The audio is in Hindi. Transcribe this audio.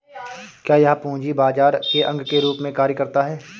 क्या यह पूंजी बाजार के अंग के रूप में कार्य करता है?